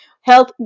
health